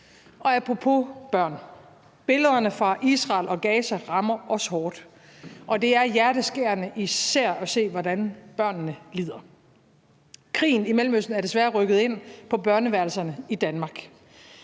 Apropos børn rammer billederne fra Israel og Gaza os hårdt, og det er især hjerteskærende at se, hvordan børnene lider. Krigen i Mellemøsten er desværre rykket ind på børneværelserne i Danmark,